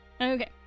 Okay